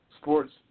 sports